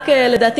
לדעתי,